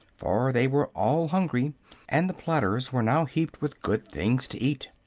for they were all hungry and the platters were now heaped with good things to eat.